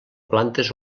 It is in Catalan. plantes